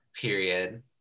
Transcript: period